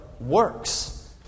works